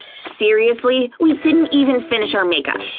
seriously? we didn't even finish our makeup!